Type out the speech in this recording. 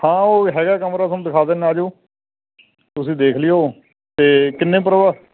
ਹਾਂ ਉਹ ਹੈਗਾ ਕਮਰਾ ਤੁਹਾਨੂੰ ਦਿਖਾ ਦਿੰਦਾ ਆਜੋ ਤੁਸੀਂ ਦੇਖ ਲਿਓ ਅਤੇ ਕਿੰਨੇ ਪ੍ਰੋ